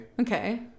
Okay